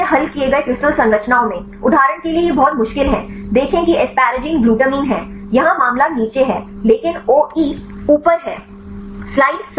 पूरी तरह से हल किए गए क्रिस्टल संरचनाओं में उदाहरण के लिए यह बहुत मुश्किल है देखें कि एस्पेरेगिन ग्लूटामाइन हैं यहां मामला नीचे है लेकिन ओई ऊपर है